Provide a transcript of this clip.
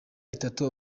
itanu